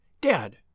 Dad